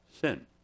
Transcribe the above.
sin